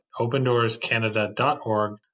opendoorscanada.org